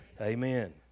amen